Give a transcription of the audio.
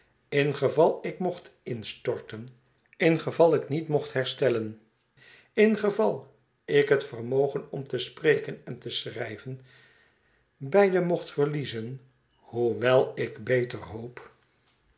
in geval ik mocht instorten in geval ik niet mocht herstellen in geval ik het vermogen om te spreken en te schrijven beide mocht verliezen hoewel ik beter hoop